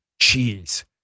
Cheese